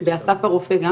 ובאסף הרופא?